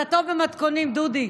אתה טוב במתכונים, דודי,